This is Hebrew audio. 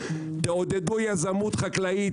תעודדו יזמות חקלאית,